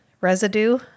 Residue